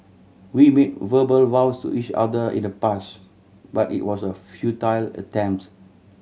we made verbal vows to each other in the past but it was a futile attempt